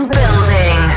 building